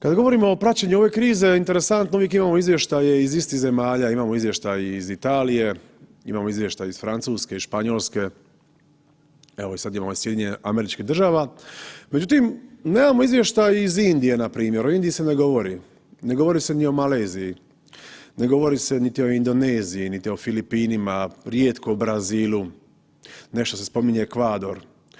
Kada govorimo o praćenju ove krize interesantno uvijek imamo izvještaje iz istih zemalja, imamo izvještaje iz Italije, imamo izvještaj iz Francuske i Španjolske, evo i sad imamo iz SAD-a, međutim nemamo izvještaj iz Indije na primjer o Indiji se ne govori, ne govori se ni o Maleziji, ne govori se niti o Indoneziji, niti o Filipinima rijetko Brazilu, nešto se spominje Ekvador.